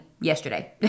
yesterday